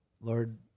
Lord